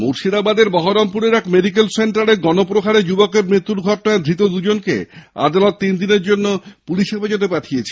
মুর্শিদাবাদের বহরমপুরের এক মেডিক্যাল সেন্টারে গণপ্রহারে যুবকের মৃত্যুর ঘটনায় ধৃত দুজনকে আদালত তিনদিনের পুলিশ হেফাজতে পাঠিয়েছে